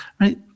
right